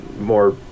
more